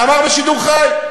אמר בשידור חי: